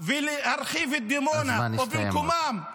ולהרחיב את דימונה או במקומם -- הזמן הסתיים.